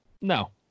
No